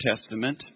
Testament